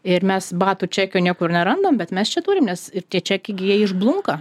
ir mes batų čekio niekur nerandam bet mes čia turim nes ir tie čekiai gi jie išblunka